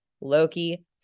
Loki